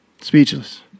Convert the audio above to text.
speechless